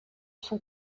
son